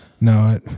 No